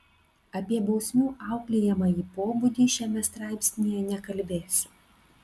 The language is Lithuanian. apie bausmių auklėjamąjį pobūdį šiame straipsnyje nekalbėsiu